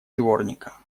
дворника